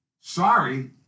sorry